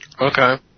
Okay